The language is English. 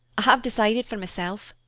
i have decided for myself.